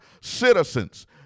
citizens